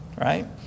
right